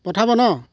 পঠাব ন